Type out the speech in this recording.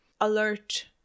alert